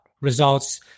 results